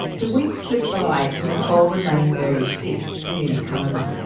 the weeks slipped by and nichole remained very sick and in a coma.